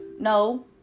no